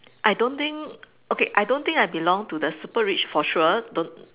I don't think okay I don't think I belong to the super rich for sure don't